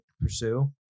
pursue